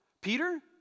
Peter